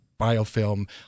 biofilm